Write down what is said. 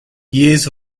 years